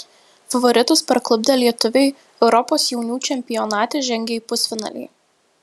favoritus parklupdę lietuviai europos jaunių čempionate žengė į pusfinalį